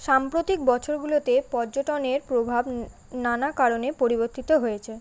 সাম্প্রতিক বছরগুলোতে পর্যটনের প্রভাব নানা কারণে পরিবর্তিত হয়েছে